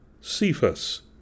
Cephas